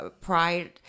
Pride